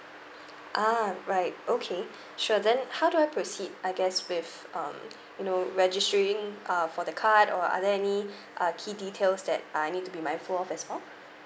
ah right okay sure then how do I proceed I guess with um you know registering uh for the card or are there any uh key details that I need to be my mindful of as well